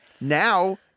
now